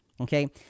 Okay